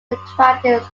attracted